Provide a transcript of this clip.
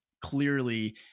clearly